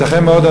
ייתכן מאוד,